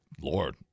Lord